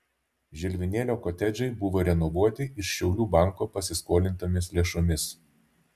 žilvinėlio kotedžai buvo renovuoti iš šiaulių banko pasiskolintomis lėšomis